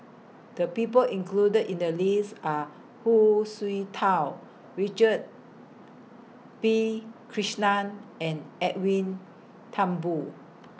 The People included in The list Are Hu Tsu Tau Richard P Krishnan and Edwin Thumboo